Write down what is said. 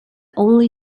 only